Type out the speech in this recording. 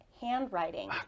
handwriting